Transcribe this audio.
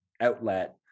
outlet